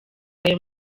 ayo